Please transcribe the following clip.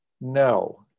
No